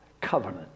covenant